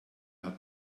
hat